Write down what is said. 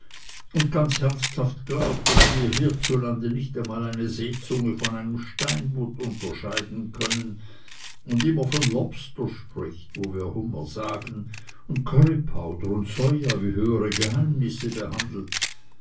und ganz ernsthaft glaubt daß wir hierzulande nicht einmal eine seezunge von einem steinbutt unterscheiden können und immer von lobster spricht wo wir hummer sagen und curry powder und soja wie höhere geheimnisse behandelt